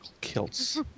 kilts